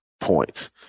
points